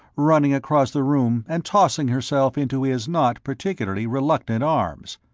running across the room and tossing herself into his not particularly reluctant arms.